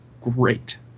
great